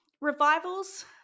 revivals